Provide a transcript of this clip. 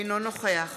אינו נוכח